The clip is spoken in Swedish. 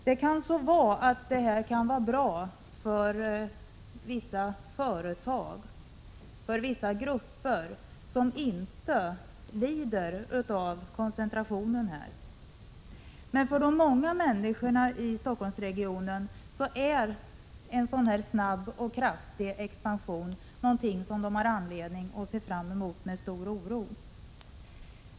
Det kan så vara att det är bra för vissa företag, vissa grupper som inte lider av koncentrationen här i Stockholmsregionen. Men för de många människorna i regionen är en sådan här snabb och kraftig expansion någonting som de har anledning att se fram emot med stor oro.